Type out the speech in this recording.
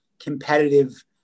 competitive